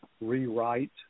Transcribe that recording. rewrite